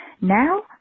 now